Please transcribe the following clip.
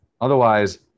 Otherwise